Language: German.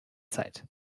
zeit